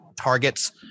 targets